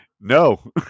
No